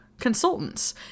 consultants